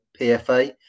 PFA